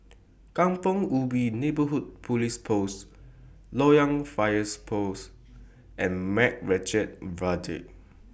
Kampong Ubi Neighbourhood Police Post Loyang Fire Post and Macritchie Viaduct